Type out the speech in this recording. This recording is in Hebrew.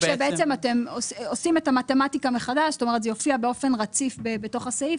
כשבעצם אתם עושים את המתמטיקה מחדש; זה יופיע באופן רציף בתוך הסעיף,